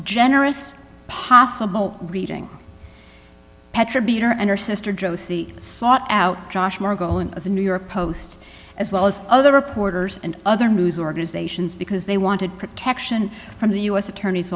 generous possible reading petra beat her and her sister josee sought out of the new york post as well as other reporters and other news organizations because they wanted protection from the u s attorney's